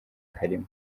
karimo